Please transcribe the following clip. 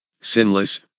sinless